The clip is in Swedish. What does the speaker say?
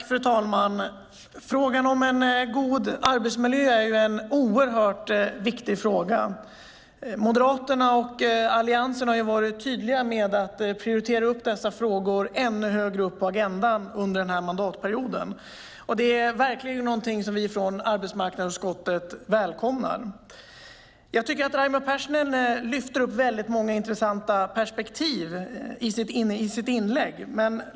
Fru talman! Frågan om en god arbetsmiljö är viktig. Moderaterna och Alliansen har varit tydliga med att prioritera upp dessa frågor ännu högre på agendan under mandatperioden. Det är något som vi från arbetsmarknadsutskottet välkomnar. Raimo Pärssinen lyfter upp många intressanta perspektiv i sitt inlägg.